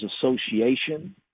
association